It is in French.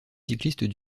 cyclistes